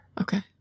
Okay